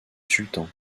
sultan